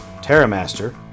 Terramaster